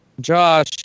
Josh